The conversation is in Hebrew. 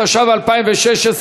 התשע"ו 2016,